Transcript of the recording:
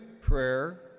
prayer